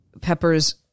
Pepper's